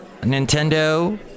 Nintendo